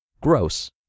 gross